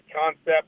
concept